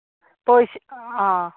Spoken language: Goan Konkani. पयशें आं